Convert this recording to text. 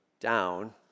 down